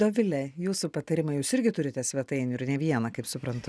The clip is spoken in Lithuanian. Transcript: dovile jūsų patarimai jūs irgi turite svetainių ir ne vieną kaip suprantu